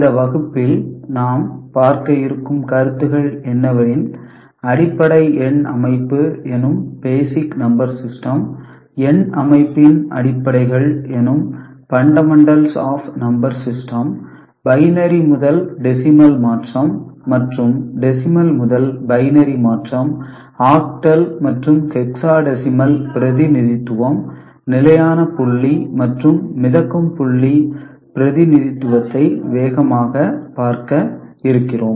இந்த வகுப்பில் நாம் பார்க்க இருக்கும் கருத்துக்கள் என்னவெனில் அடிப்படை எண் அமைப்பு எனும் பேசிக் நம்பர் சிஸ்டம் எண் அமைப்பின் அடிப்படைகள் எனும் fundamentals of number system binary முதல் டெசிமல் மாற்றம் மற்றும் டெசிமல் முதல் பைனரி மாற்றம் ஆக்டல் மற்றும் ஹெக்சா டெசிமல் பிரதிநிதித்துவம் நிலையான புள்ளி மற்றும் மிதக்கும் புள்ளி பிரதிநிதித்துவத்தை வேகமாக பார்க்க இருக்கிறோம்